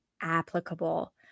applicable